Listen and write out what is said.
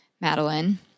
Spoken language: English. madeline